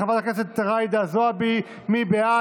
של חברת הכנסת ג'ידא זועבי,